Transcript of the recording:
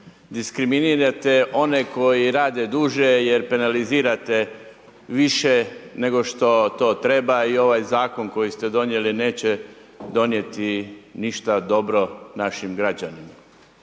diskriminirate one koji rade duže jer penalizirate više nego što to treba i ovaj zakon koji ste donijeli neće donijeti ništa dobro našim građanima.